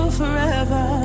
forever